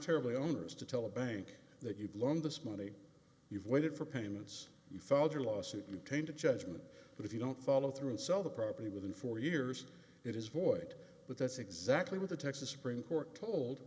terribly owners to tell a bank that you belong this money you've waited for payments you filed a lawsuit retained a judgment but if you don't follow through and sell the property within four years it is void but that's exactly what the texas supreme court told